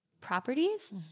properties